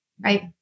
right